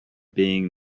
being